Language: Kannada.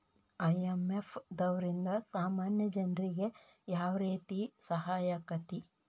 ಐ.ಎಂ.ಎಫ್ ದವ್ರಿಂದಾ ಸಾಮಾನ್ಯ ಜನ್ರಿಗೆ ಯಾವ್ರೇತಿ ಸಹಾಯಾಕ್ಕತಿ?